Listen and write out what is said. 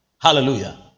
hallelujah